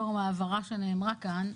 לאור ההערה שנאמרה כאן,